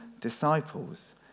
disciples